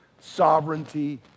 sovereignty